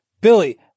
Billy